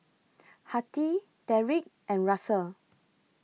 Hattie Deric and Russel